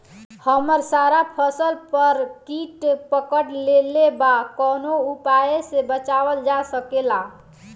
हमर सारा फसल पर कीट पकड़ लेले बा कवनो उपाय से बचावल जा सकेला?